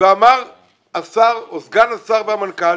ואמרו סגן השר והמנכ"ל